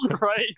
right